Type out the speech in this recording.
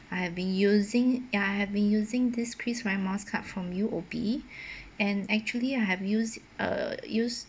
I have been using ya I have been using this Kris mi~ miles card from U_O_B and actually I have used uh used